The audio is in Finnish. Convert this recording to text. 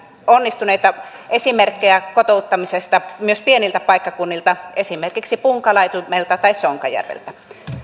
onnistuneita esimerkkejä kotouttamisesta myös pieniltä paikkakunnilta esimerkiksi punkalaitumelta tai sonkajärveltä